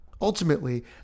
Ultimately